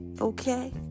okay